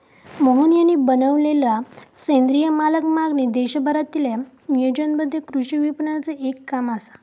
मोहन यांनी बनवलेलला सेंद्रिय मालाक मागणी देशभरातील्या नियोजनबद्ध कृषी विपणनाचे एक काम असा